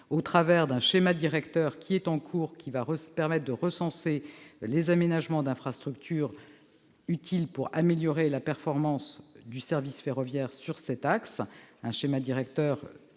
au travers d'un schéma directeur en cours de discussion qui permettra de recenser les aménagements d'infrastructures utiles pour améliorer la performance du service ferroviaire sur cet axe. J'attends ce schéma directeur